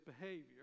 behavior